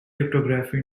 cryptography